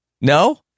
No